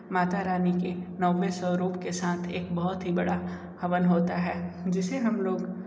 मातारानी के नौवे स्वरुप के साथ एक बहुत ही बड़ा हवन होता है जिसे हम लोग